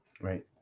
Right